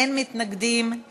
אין מתנגדים,